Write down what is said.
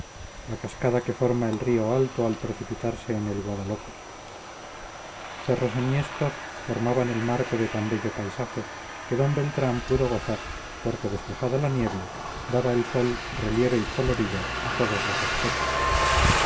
la cascada que forma el río alto al precipitarse en el guadalope cerros enhiestos formaban el marco de tan bello paisaje que d beltrán pudo gozar porque despejada la niebla daba el sol relieve y colorido a todos los objetos